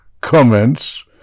comments